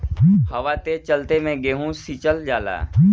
हवा तेज चलले मै गेहू सिचल जाला?